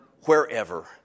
wherever